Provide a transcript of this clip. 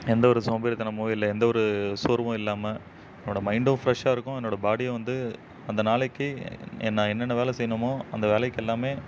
எந்த ஒரு சோம்பேறித்தனமோ இல்லை எந்த ஒரு சோர்வும் இல்லாமல் என்னோடய மைண்டும் ஃப்ரெஷ்ஷாக இருக்கும் என்னோடய பாடியும் வந்து அந்த நாளைக்கு நான் என்னென்ன வேலை செய்யணுமோ அந்த வேலைக்கு எல்லாமே